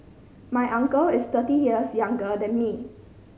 my uncle is thirty years younger than me